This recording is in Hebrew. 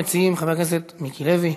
ראשון המציעים, חבר הכנסת מיקי לוי,